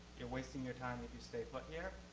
you're wasting your time if you stay put here.